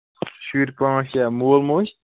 شُرۍ پانٛژھ شےٚ مول موج